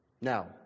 Now